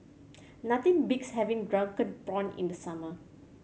nothing beats having Drunken Prawns in the summer